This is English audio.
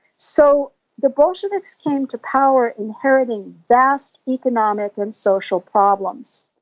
so the bolsheviks came to power inheriting vast economic and social problems.